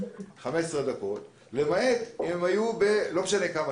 15 דקות למעט במקרים בהם הזמן לא משנה.